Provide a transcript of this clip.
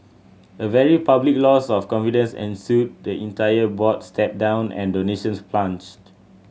a very public loss of confidence ensued the entire board stepped down and donations plunged